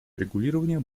урегулирования